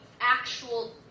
actual